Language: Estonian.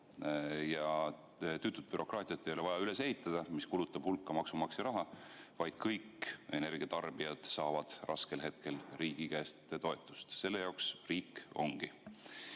Tüütut bürokraatiat ei ole vaja üles ehitada, sest see kulutab hulka maksumaksja raha, vaid kõik energiatarbijad peavad saama raskel hetkel riigi käest toetust, selle jaoks riik ongi.